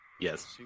Yes